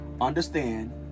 understand